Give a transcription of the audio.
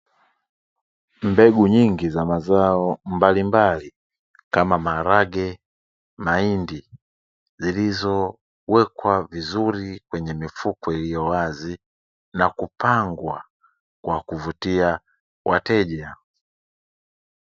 Mbegu nyingi za mazao mbalimbali kama maharage, mahindi zilizowekwa vizuri kwenye mifuko iliyo wazi na kupangwa kwa kuvutia wateja.